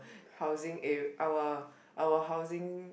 housing area our our housing